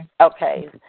Okay